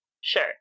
sure